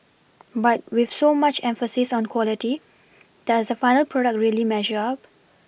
but with so much emphasis on quality does the final product really measure up